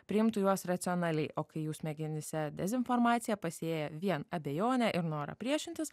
priimtų juos racionaliai o kai jų smegenyse dezinformacija pasėja vien abejonę ir norą priešintis